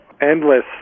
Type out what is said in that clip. endless